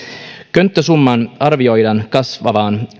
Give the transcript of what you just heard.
könttäsumman arvioidaan kasvavan